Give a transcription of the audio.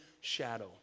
shadow